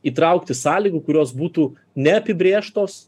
įtraukti sąlygų kurios būtų neapibrėžtos